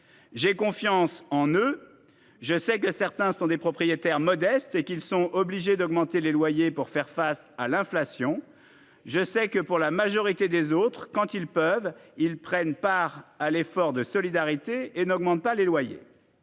J'ai confiance en eux. Je sais que certains sont des propriétaires modestes et qu'ils sont obligés d'augmenter les loyers pour faire face à l'inflation. Eh oui ! Je sais que, pour la majorité des autres, quand ils le peuvent, ils prennent part à l'effort de solidarité et n'augmentent pas les loyers.